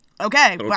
Okay